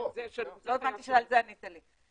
לא הבנתי שעל זה ענית לי.